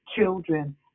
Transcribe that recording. Children